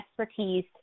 expertise